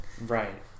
Right